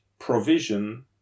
provision